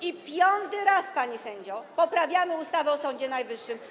I piąty raz, panie sędzio, poprawiamy ustawę o Sądzie Najwyższym.